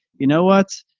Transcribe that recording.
you know what,